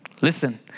Listen